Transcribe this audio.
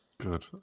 Good